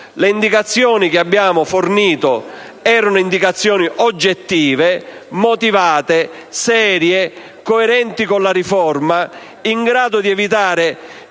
Le indicazioni che abbiamo fornito erano oggettive, motivate, serie e coerenti con la riforma, in grado di evitare